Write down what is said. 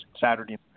saturday